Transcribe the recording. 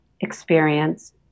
Experience